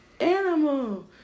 animal